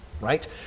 right